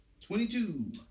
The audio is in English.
Twenty-two